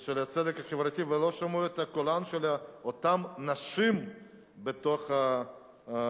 של הצדק החברתי ולא שמעו את קולן של אותן נשים בתוך המחאה.